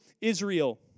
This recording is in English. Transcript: Israel